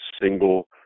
single